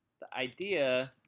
the idea,